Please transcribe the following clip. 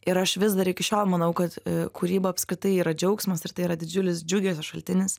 ir aš vis dar iki šiol manau kad kūryba apskritai yra džiaugsmas ir tai yra didžiulis džiugesio šaltinis